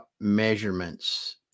measurements